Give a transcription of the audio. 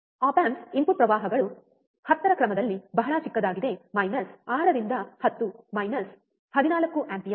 app amps input ಪ್ರವಾಹಗಳು 10 ರ ಕ್ರಮದಲ್ಲಿ ಬಹಳ ಚಿಕ್ಕದಾಗಿದೆ ಮೈನಸ್ 6 ರಿಂದ 10 ಮೈನಸ್ 14 ಆಂಪಿಯರ್